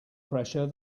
pressure